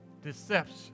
Deception